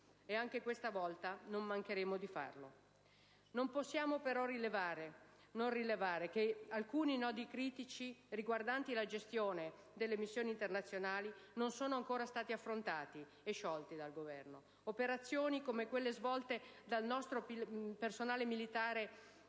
Anche questa volta non mancheremo di farlo. Non possiamo però non rilevare che alcuni nodi critici riguardanti la gestione delle missioni internazionali non sono ancora stati affrontati e sciolti dal Governo. Operazioni come quelle svolte dal nostro personale militare